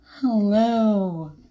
Hello